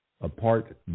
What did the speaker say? Apart